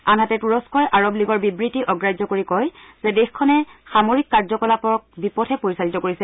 আনহাতে তুৰস্থই আৰৱ লীগৰ বিবৃতি অগ্ৰাহ্য কৰি কয় যে দেশখনে সামৰিক কাৰ্য কলাপক বিপথে পৰিচালিত কৰিছে